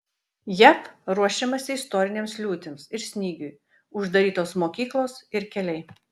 jav ruošiamasi istorinėms liūtims ir snygiui uždarytos mokyklos ir keliai